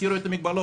הסירו את המגבלות.